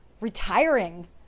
retiring